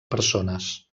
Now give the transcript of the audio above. persones